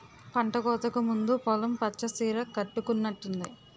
పంటకోతకు ముందు పొలం పచ్చ సీర కట్టుకునట్టుంది